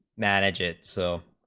manage its so